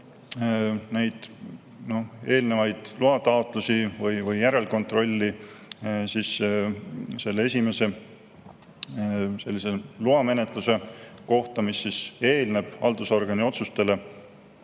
neid eelnevaid loataotlusi või järelkontrolli, siis esimese sellise loamenetluse kohta, mis eelneb haldusorgani otsustele,